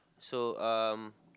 so um